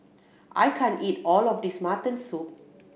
I can't eat all of this mutton soup